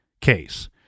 case